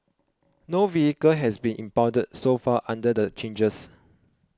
no vehicle has been impounded so far under the changes